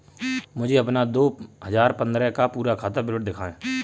मुझे अपना दो हजार पन्द्रह का पूरा खाता विवरण दिखाएँ?